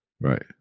right